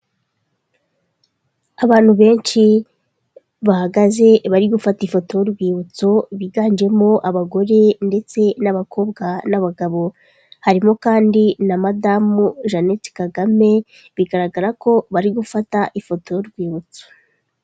Abantu benshi bahagaze bari gufata ifoto y'urwibutso biganjemo abagore ndetse n'abakobwa n'abagabo harimo kandi na madamu Jeannette Kagame bigaragara ko bari gufata ifoto y'urwibutso.